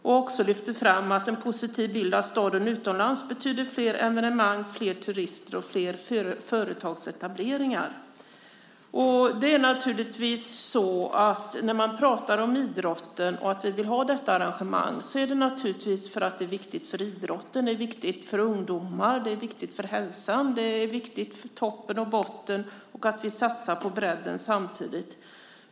Ordföranden lyfte också fram att en positiv bild av staden utomlands betyder flera evenemang, flera turister och flera företagsetableringar. När man talar om idrotten och att vi vill ha detta arrangemang så är det naturligtvis för att det är viktigt för idrotten. Det är viktigt för ungdomar, det är viktigt för hälsan, och det är viktigt för toppen och botten. Och det är viktigt att vi satsar på bredden samtidigt.